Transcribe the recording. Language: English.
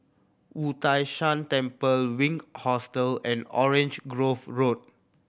Wu Tai Shan Temple Wink Hostel and Orange Grove Road